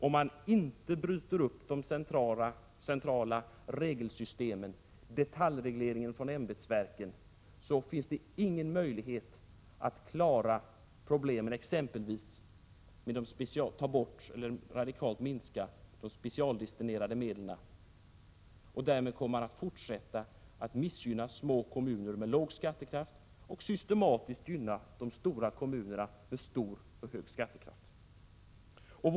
Om de inte bryter upp de centrala regelsystemen, detaljregleringen från ämbetsverken, finns det inte någon möjlighet att klara problemen exempelvis med att radikalt minska de specialdestinerade medlen. Därmed kommer man att fortsätta att missgynna små kommuner med låg skattekraft och systematiskt gynna de stora kommunerna med hög skattekraft. Herr talman!